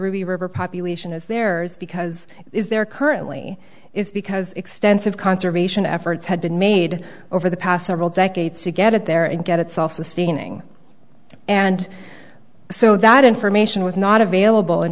really river population is theirs because it is there currently is because extensive conservation efforts had been made over the past several decades to get it there and get it self sustaining and so that information was not available in